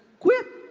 quit.